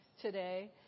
today